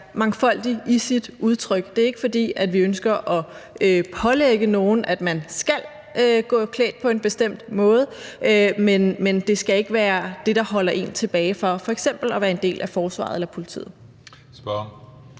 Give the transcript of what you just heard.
mangfoldig i sit udtryk. Det er ikke, fordi vi ønsker at pålægge nogen, at de skal gå klædt på en bestemt måde, men det skal ikke være det, der holder en tilbage fra f.eks. at være en del af forsvaret eller politiet.